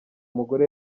mugore